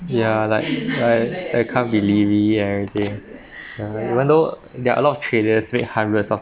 ya like I I can't believe it ya everything ya even though there are a lot of traders make hundreds of